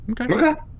Okay